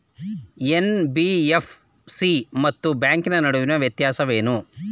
NBFC ಮತ್ತು bank ನಡುವಿನ ವ್ಯತ್ಯಾಸವೇನು?